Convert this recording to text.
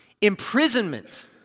imprisonment